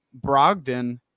Brogdon